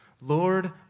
Lord